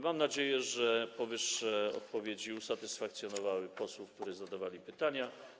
Mam nadzieję, że powyższe odpowiedzi usatysfakcjonowały posłów, którzy zadawali pytania.